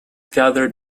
gathered